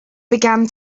began